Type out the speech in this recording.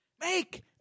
Make